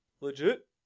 Legit